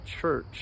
church